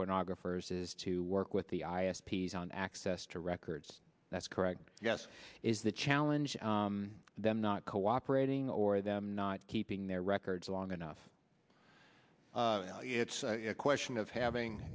pornographers is to work with the i s p's on access to records that's correct yes is that challenge them not cooperating or them not keeping their records long enough it's a question of having